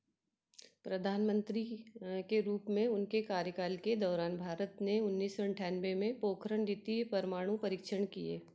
प्रधानमंत्री के रूप में उनके कार्यकाल के दौरान भारत ने उन्नीस सौ अठानवे में पोखरण द्वितीय परमाणु परीक्षण किए